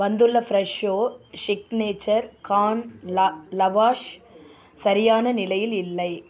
வந்துள்ள Fresho signature corn ல lavash சரியான நிலையில் இல்லை